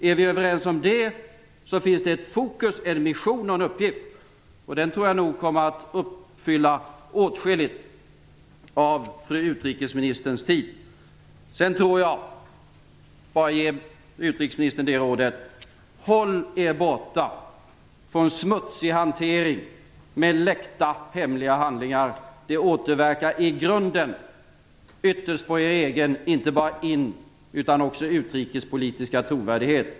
Är vi överens om det, finns det ett fokus, en mission och en uppgift, och den tror jag nog kommer att uppfylla åtskilligt av fru utrikesministerns tid. Sedan vill jag bara ge utrikesministern rådet: Håll er borta från smutsig hantering med läckta hemliga handlingar! Det återverkar i grunden ytterst på er egen inte bara in utan också utrikespolitiska trovärdighet.